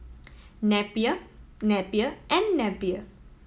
Napier Napier and Napier